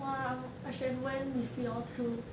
!wah! I should have went with you all too